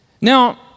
Now